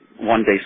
one-day